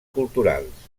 culturals